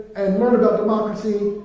and learn about democracy,